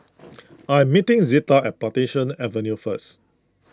I am meeting Zita at Plantation Avenue first